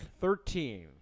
Thirteen